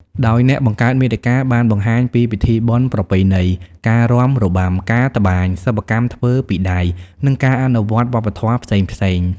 ដោយអ្នកបង្កើតមាតិកាបានបង្ហាញពី ពិធីបុណ្យប្រពៃណី ការរាំរបាំ ការត្បាញ សិប្បកម្មធ្វើពីដៃ និងការអនុវត្តវប្បធម៌ផ្សេងៗ។